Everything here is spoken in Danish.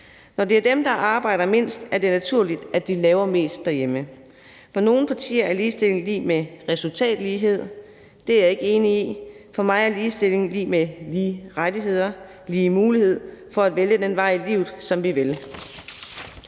Når det er dem, der arbejder mindst, er det naturligt, at de laver mest derhjemme. For nogle partier er ligestilling lig med resultatlighed. Det er jeg ikke enig i. For mig er ligestilling lig med lige rettigheder og lige muligheder for at vælge den vej i livet, som vi vil.